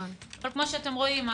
אבל כמו שאתם רואים,